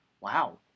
wow